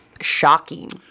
Shocking